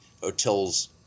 hotels